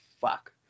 fuck